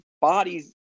bodies